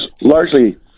largely